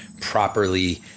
properly